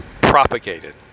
propagated